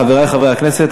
חברי חברי הכנסת,